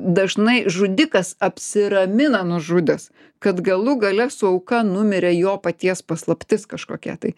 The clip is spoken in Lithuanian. dažnai žudikas apsiramina nužudęs kad galų gale su auka numirė jo paties paslaptis kažkokia tai